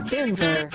Denver